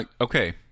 Okay